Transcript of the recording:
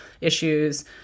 issues